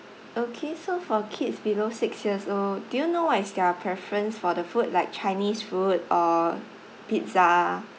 okay so for kids below six years old do you know what is their preference for the food like chinese food or pizza